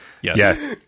Yes